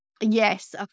Yes